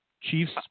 Chiefs